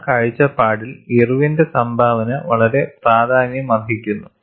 ആ കാഴ്ചപ്പാടിൽ ഇർവിന്റെ സംഭാവന വളരെ പ്രാധാന്യമർഹിക്കുന്നു